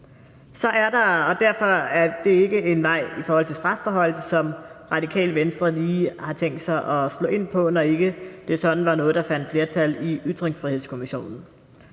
Derfor er det ikke en vej i forhold til strafforhøjelser, som Radikale Venstre lige har tænkt sig at slå ind på, når det ikke sådan var noget, der fandt flertal i Ytringsfrihedskommissionen.